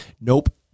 nope